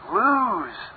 lose